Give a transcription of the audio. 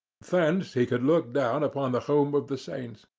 thence he could look down upon the home of the saints.